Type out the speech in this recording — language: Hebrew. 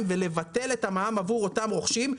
ולבטל את המע"מ עבור אותם רוכשים.